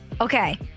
Okay